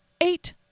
Eight